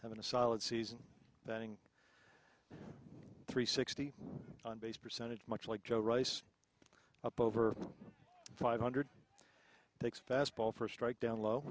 having a solid season banning three sixty on base percentage much like joe rice up over five hundred takes fastball first strike down low